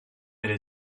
elle